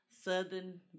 Southern